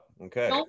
Okay